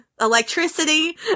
Electricity